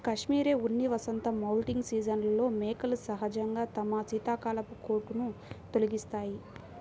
cashmere ఉన్ని వసంత moulting సీజన్లో మేకలు సహజంగా తమ శీతాకాలపు కోటును తొలగిస్తాయి